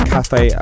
Cafe